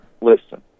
Listen